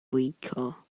weaker